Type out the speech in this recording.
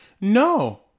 no